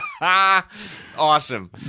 Awesome